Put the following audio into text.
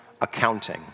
accounting